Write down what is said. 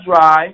Dry